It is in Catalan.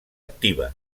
activa